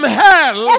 hell